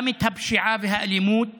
גם את הפשיעה והאלימות